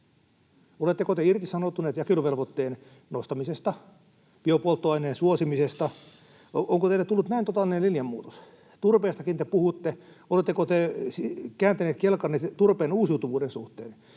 Oletteko te irtisanoutuneet jakeluvelvoitteen nostamisesta, biopolttoaineen suosimisesta? Onko teille tullut näin totaalinen linjanmuutos? Turpeestakin te puhutte: Oletteko te kääntäneet kelkkanne turpeen uusiutuvuuden suhteen?